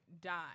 die